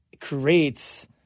creates